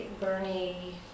Bernie